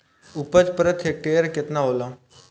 उपज प्रति हेक्टेयर केतना होला?